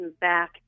back